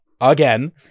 again